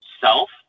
self